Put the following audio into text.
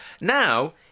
Now